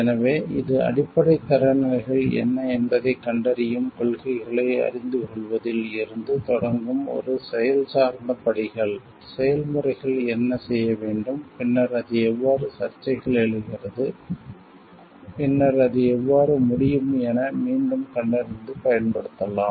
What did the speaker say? எனவே இது அடிப்படைத் தரநிலைகள் என்ன என்பதைக் கண்டறியும் கொள்கைகளை அறிந்துகொள்வதில் இருந்து தொடங்கும் ஒரு செயல் சார்ந்த படிகள் செயல்முறைகள் என்ன செய்ய வேண்டும் பின்னர் அது எவ்வாறு சர்ச்சைகள் எழுகிறது பின்னர் அது எவ்வாறு முடியும் என மீண்டும் கண்டறிந்து பயன்படுத்தலாம்